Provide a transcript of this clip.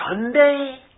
Sunday